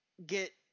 get